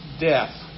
death